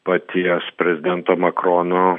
paties prezidento makrono